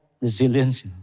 resilience